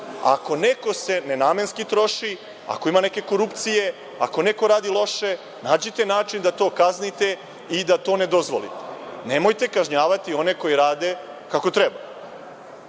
Ako neko nenamenski troši, ako ima neke korupcije, ako neko radi loše, nađite način da to kaznite i da to ne dozvolite. Nemojte kažnjavati one koji rade kako